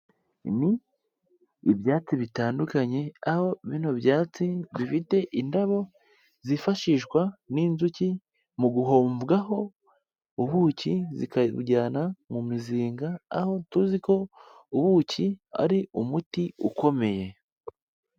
Ni ibyatsi bitandukanye aho bino byatsi bifite indabo zifashishwa n'inzuki mu guhomvwaho ubuki zikabujyana mu mizinga, aho tuzi ko ubuki ari umuti ukomeye.